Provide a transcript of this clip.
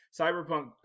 Cyberpunk